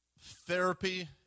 therapy